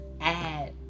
add